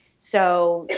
so,